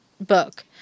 book